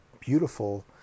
beautiful